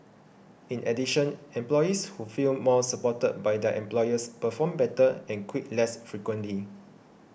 in addition employees who feel more supported by their employers perform better and quit less frequently